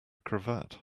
cravat